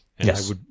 Yes